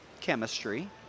chemistry